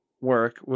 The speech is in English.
work